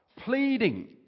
pleading